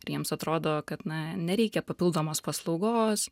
ir jiems atrodo kad na nereikia papildomos paslaugos